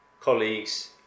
colleagues